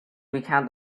recount